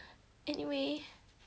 anyway